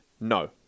No